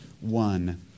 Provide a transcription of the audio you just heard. one